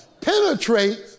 penetrate